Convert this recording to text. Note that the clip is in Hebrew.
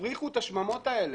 תפריכו את השממות האלה.